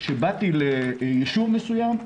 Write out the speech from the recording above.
כשבאתי ליישוב מסוים,